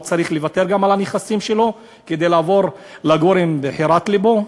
הוא צריך לוותר על הנכסים שלו כדי לעבור לגור עם בחירת לבו?